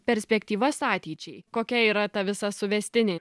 perspektyvas ateičiai kokia yra ta visa suvestinė